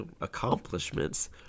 accomplishments